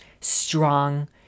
strong